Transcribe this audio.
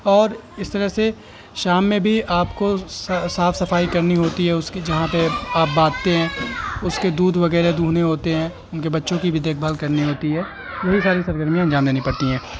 اور اس طرح سے شام میں بھی آپ کو صاف صفائی کرنی ہوتی ہے اس کی جہاں پہ آپ بانٹتے ہیں اس کے دودھ وغیرہ دوہنے ہوتے ہیں ان کے بچوں کی بھی دیکھ بھال کرنی ہوتی ہے یہی ساری سرگرمیاں انجام دینی پڑتی ہیں